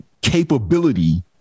capability